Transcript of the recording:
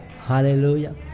Hallelujah